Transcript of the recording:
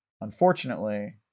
Unfortunately